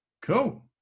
cool